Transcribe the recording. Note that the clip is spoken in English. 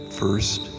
first